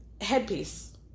headpiece